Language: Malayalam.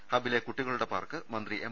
ഹബ്ബിലെ കുട്ടികളുടെ പാർക്ക് മന്ത്രി എം